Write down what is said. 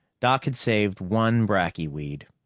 doc had saved one bracky weed.